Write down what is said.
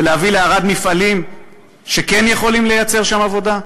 להביא לערד מפעלים שכן יכולים לייצר שם עבודה,